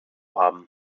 haben